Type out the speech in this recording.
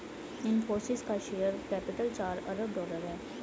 इनफ़ोसिस का share capital चार अरब डॉलर है